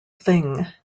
thing